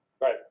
Right